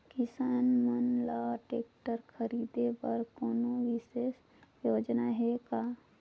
किसान मन ल ट्रैक्टर खरीदे बर कोनो विशेष योजना हे का?